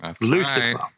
Lucifer